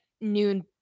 noon